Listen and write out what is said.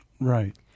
Right